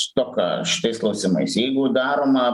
stoka šitais klausimais jeigu daroma